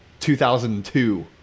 2002